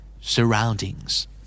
Surroundings